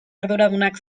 arduradunak